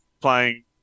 playing